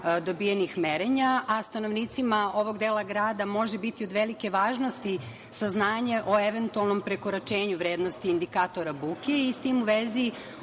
dobijenih merenja a stanovnicima ovog dela grada može biti od velike važnosti saznanje o eventualnom prekoračenju vrednosti indikatora buke i s tim u vezi